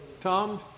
Tom